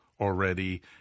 already